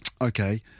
Okay